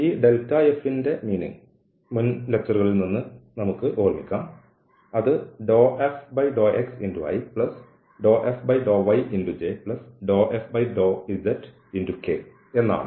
ഈ f ന്റെ അർത്ഥം മുൻ പ്രഭാഷണത്തിൽ നിന്ന് നമുക്ക് ഓർമിക്കാം അത് ∂f∂xi∂f∂yj∂f∂zk എന്നാണ്